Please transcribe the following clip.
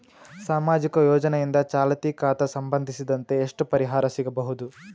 ಸಾಮಾಜಿಕ ಯೋಜನೆಯಿಂದ ಚಾಲತಿ ಖಾತಾ ಸಂಬಂಧಿಸಿದಂತೆ ಎಷ್ಟು ಪರಿಹಾರ ಸಿಗಬಹುದು?